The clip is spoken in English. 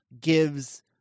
gives